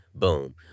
Boom